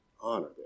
Honor